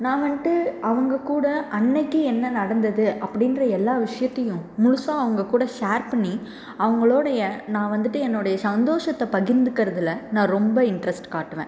நான் வந்துட்டு அவங்க கூட அன்னைக்கு என்ன நடந்தது அப்படின்ற எல்லா விஷயத்தியும் முழுசாக அவங்க கூட ஷேர் பண்ணி அவங்களோடைய நான் வந்துட்டு என்னுடைய சந்தோஷத்தை பகிர்ந்திக்கிறதுல நான் ரொம்ப இன்ட்ரெஸ்ட் காட்டுவேன்